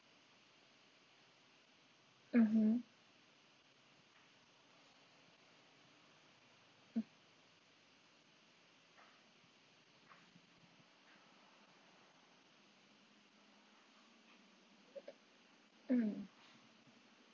mmhmm mm mm